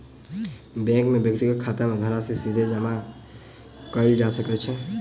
bank मे व्यक्तिक खाता मे धनराशि सीधे जमा कयल जा सकै छै